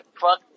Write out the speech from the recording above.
Fuck